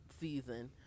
season